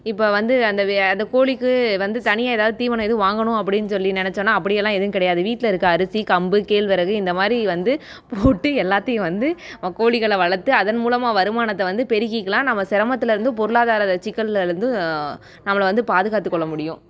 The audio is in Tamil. இப்போ வந்து அந்த வி அந்த கோழிக்கு வந்து தனியாக ஏதாவது தீவனம் எதுவும் வாங்கணும் அப்படின்னு சொல்லி நினச்சோம்னா அப்படியெல்லாம் எதுவும் கிடையாது வீட்டில் இருக்கிற அரிசி கம்பு கேழ்வரகு இந்த மாதிரி வந்து போட்டு எல்லாத்தையும் வந்து கோழிகளை வளர்த்து அதன் மூலமாக வருமானத்தை வந்து பெருக்கிக்கலாம் நாம் சிரமத்திலருந்து பொருளாதாரச் சிக்கலிருந்து நம்மளை வந்து பாதுகாத்து கொள்ள முடியும்